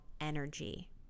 energy